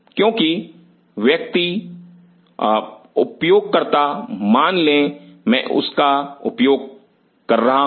क्योंकि व्यक्ति उपयोगकर्ता मान लें मैं इसका उपयोग कर रहा हूं